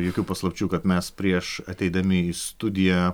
jokių paslapčių kad mes prieš ateidami į studiją